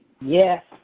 Yes